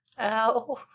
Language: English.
Ow